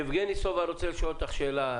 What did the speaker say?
שאלה.